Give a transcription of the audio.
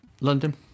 London